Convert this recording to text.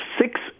six